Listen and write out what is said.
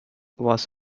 was